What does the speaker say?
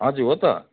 हजुर हो त